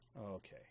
Okay